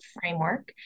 framework